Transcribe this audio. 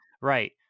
Right